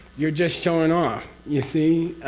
you're just showing off. you see?